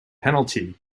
penalty